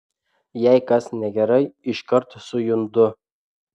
jei kas negerai iškart sujundu